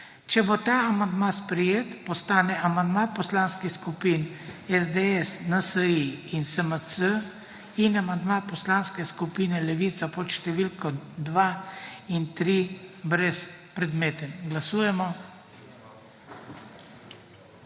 Če bo ta amandma sprejet postane amandma Poslanski skupin SDS, NSi in SMC in amandma Poslanske skupine Levica pod številko 2. in 3. brezpredmeten. Glasujemo.